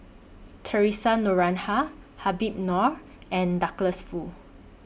Theresa Noronha Habib Noh and Douglas Foo